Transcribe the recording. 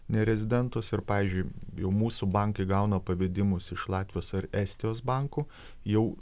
nerezidentus ir pavyzdžiui jau mūsų bankai gauna pavedimus iš latvijos ar estijos bankų jau